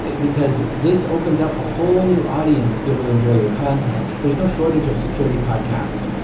because this opens up a whole new audience to be able to enjoy your content. there's no shortage of security podcasts.